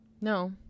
no